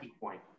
point